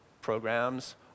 programs